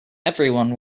everyone